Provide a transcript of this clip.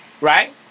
right